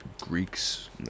Greeks